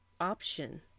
option